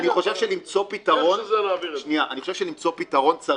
אני לא אלך ---, זה הכול.